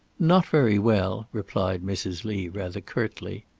not very well, replied mrs. lee, rather curtly.